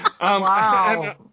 Wow